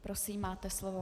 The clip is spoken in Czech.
Prosím, máte slovo.